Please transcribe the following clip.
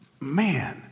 man